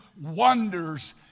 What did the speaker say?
wonders